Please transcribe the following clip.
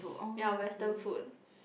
ya western food